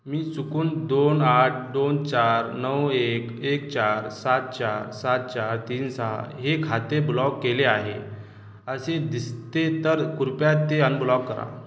मी चुकून दोन आठ दोन चार नऊ एक एक चार सात चार सात चार तीन सहा हे खाते ब्लॉक केले आहे असे दिसते तर कृपया ते अनब्लॉक करा